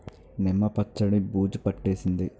నిమ్మ పచ్చడి బూజు పట్టేసింది